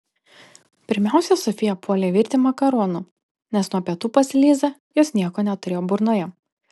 pirmiausia sofija puolė virti makaronų nes nuo pietų pas lizą jos nieko neturėjo burnoje